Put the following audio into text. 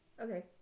okay